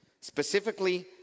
specifically